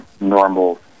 normal